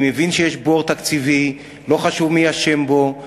אני מבין שיש בור תקציבי, לא חשוב מי אשם בו.